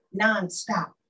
nonstop